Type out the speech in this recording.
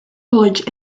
college